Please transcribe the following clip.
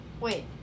Wait